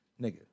Nigga